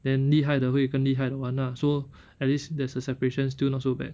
then 厉害的会更厉害的玩 lah so at least there's a separation still not so bad